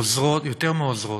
עוזרות, יותר מעוזרות,